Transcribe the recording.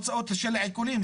אלו הוצאות של העיקולים,